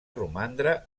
romandre